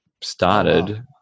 started